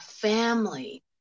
family